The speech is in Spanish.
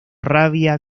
rabia